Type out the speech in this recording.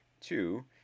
two